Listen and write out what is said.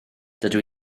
dydw